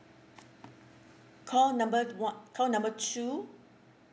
call number one call number two